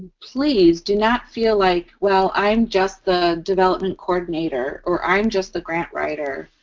please, do not feel like, well, i'm just the development coordinator or i'm just the grant writer